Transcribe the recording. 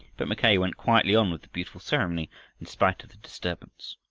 but mackay went quietly on with the beautiful ceremony in spite of the disturbance.